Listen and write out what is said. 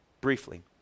briefly